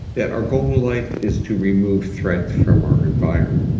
that our goal in life is to remove threat from our environment.